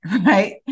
right